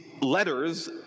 letters